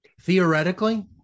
Theoretically